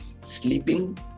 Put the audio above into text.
sleeping